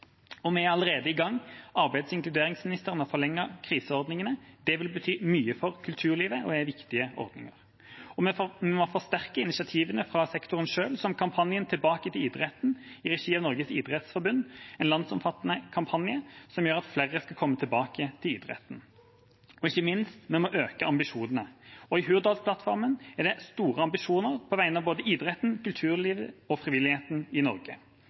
Vi er allerede i gang: Arbeids- og inkluderingsministeren har forlenget kriseordningene. Det vil bety mye for kulturlivet og er viktige ordninger. Vi må forsterke initiativene fra sektoren selv, som kampanjen #tilbaketilidretten i regi av Norges idrettsforbund, en landsomfattende kampanje som gjør at flere skal komme tilbake til idretten. Ikke minst må vi øke ambisjonene, i Hurdalsplattformen er det store ambisjoner på vegne av både idretten, kulturlivet og frivilligheten i Norge.